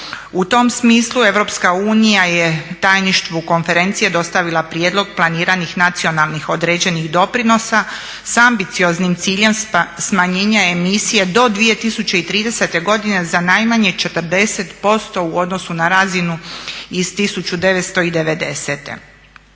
Europska unija je tajništvu konferencije dostavila prijedlog planiranih nacionalni određenih doprinosa s ambicioznim ciljem smanjenja emisije do 2030. godine za najmanje 40% u odnosu na razinu iz 1990. U